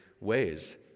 ways